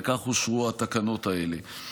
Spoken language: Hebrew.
וכך אושרו התקנות האלה.